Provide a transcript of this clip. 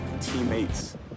teammates